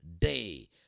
day